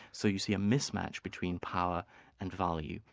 so you see a mismatch between power and value.